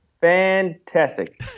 Fantastic